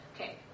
Okay